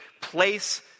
place